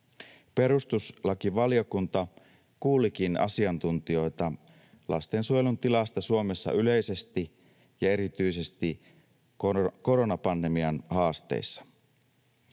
Perustuslakivaliokunta kuulikin asiantuntijoita lastensuojelun tilasta Suomessa yleisesti ja erityisesti koronapandemian haasteissa.